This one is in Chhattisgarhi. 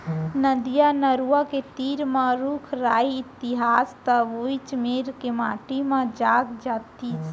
नदिया, नरूवा के तीर म रूख राई रइतिस त वोइच मेर के माटी म जाग जातिस